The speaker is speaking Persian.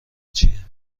چیه